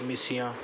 ਮਿੱਸੀਆਂ